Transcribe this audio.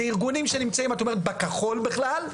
זה ארגונים שנמצאים בכחול בכלל.